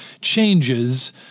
changes